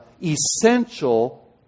essential